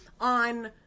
on